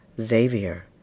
Xavier